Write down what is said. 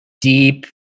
deep